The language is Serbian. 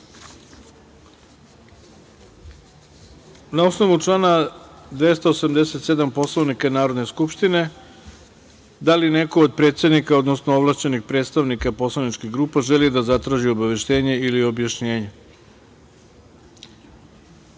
osnovu člana 287. Poslovnika Narodne skupštine, da li neko od predsednika odnosno ovlašćenih predstavnika poslaničkih grupa želi da zatraži obaveštenje ili objašnjenje? Reč